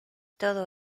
todo